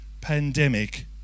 pandemic